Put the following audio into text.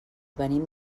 venim